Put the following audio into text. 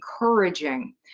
encouraging